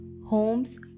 homes